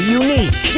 unique